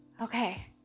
okay